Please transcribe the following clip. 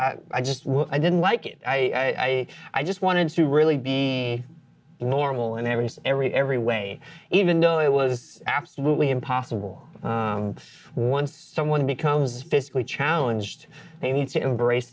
it i just i didn't like it i i just wanted to really be normal in every every every way even though it was absolutely impossible once someone becomes physically challenged they need to embrace